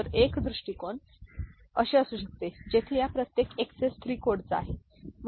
तर एक दृष्टिकोन अशी असू शकते जेथे या प्रत्येक एक्सएस 3 कोडचा आहे